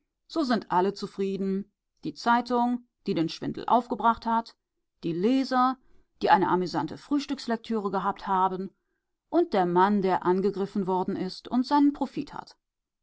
so sind alle zufrieden die zeitung die den schwindel aufgebracht hat die leser die eine amüsante frühstückslektüre gehabt haben und der mann der angegriffen worden ist und seinen profit